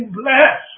bless